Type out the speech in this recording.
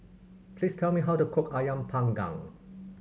please tell me how to cook Ayam Panggang